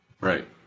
Right